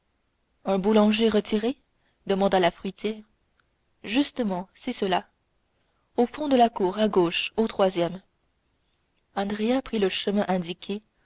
un boulanger retiré demanda la fruitière justement c'est cela au fond de la cour à gauche au troisième andrea prit le chemin indiqué